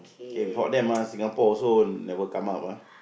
K without them ah Singapore also never come up ah